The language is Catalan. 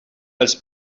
dels